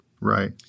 Right